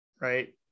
right